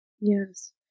yes